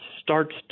starts